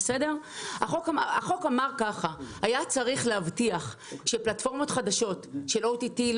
החוק אמר ככה: היה צריך להבטיח שפלטפורמות חדשות של OTT,